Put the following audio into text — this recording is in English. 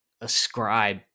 ascribe